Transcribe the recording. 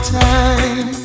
time